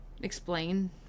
explain